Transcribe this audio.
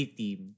team